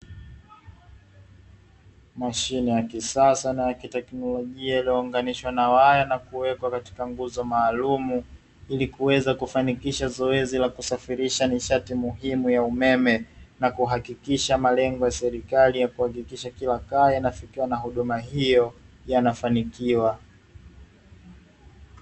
Mashine ya kisasa na ya kiteknolojia, iliyounganishwa na waya na kuwekwa katika nguzo maalumu, ili kuweza kufanikisha zoezi la kusafirisha nishati muhimu ya umeme na kuhakikisha malengo ya serikali ya kuhakikisha kila kaya inafikiwa na huduma hiyo yanafanikiwa.